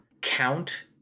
count